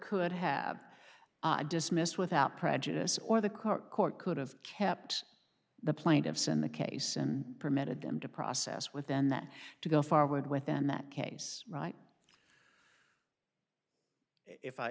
could have dismissed without prejudice or the court court could have kept the plaintiffs in the case and permitted them to process within that to go forward with in that case right if i